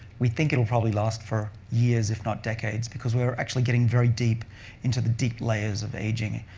we think it will probably last for years, if not decades, because we are actually getting very deep into the deep layers of aging,